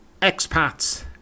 expats